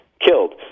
killed